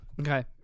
Okay